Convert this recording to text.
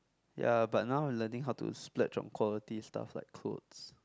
ya but now I learning how to splurge on quality stuff like clothes